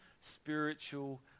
spiritual